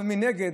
אבל מנגד,